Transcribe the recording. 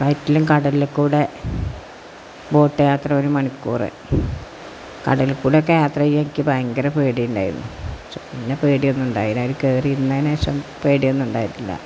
ഫ്ളൈറ്റിലും കടലില്ക്കൂടെ ബോട്ട് യാത്ര ഒരുമണിക്കൂര് കടലില്ക്കൂടെയൊക്കെ യാത്രചെയ്യാൻ എനിക്ക് ഭയങ്കര പേടിയുണ്ടായിരുന്നു പിന്നെ പേടിയൊന്നും ഉണ്ടായില്ല അതില് കയറി ഇരുന്നേനേഷം പേടിയൊന്നും ഉണ്ടായിട്ടില്ല